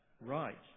right